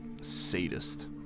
sadist